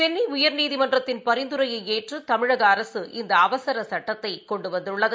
சென்னைஉயர்நீதிமன்றத்தின் பரிந்துரையைஏற்றுதமிழகஅரசு இந்தஅவசரசட்டத்தைகொண்டுவந்துள்ளது